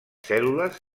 cèl·lules